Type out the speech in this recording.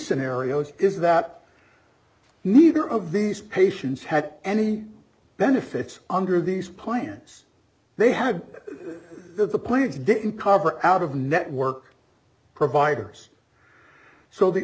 scenarios is that neither of these patients had any benefits under these plans they had the plans didn't cover out of network providers so the